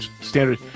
standard